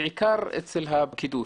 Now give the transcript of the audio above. בעיקר אצל הפקידות.